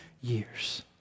years